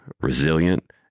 resilient